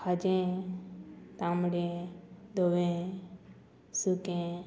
खाजें तांबडे धवें सुकें